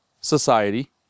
society